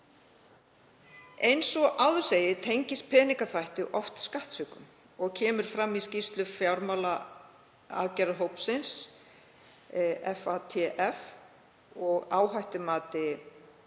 Eins og áður segir tengist peningaþvætti oft skattsvikum og kemur fram í skýrslu fjármálaaðgerðahópsins, FATF, og áhættumati